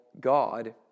God